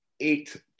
eight